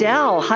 Dell